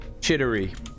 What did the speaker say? chittery